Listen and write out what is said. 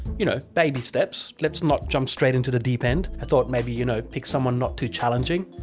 you know, baby steps, let's not jump straight into the deep end. i thought maybe, you know, pick someone not too challenging.